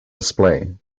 display